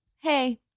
hey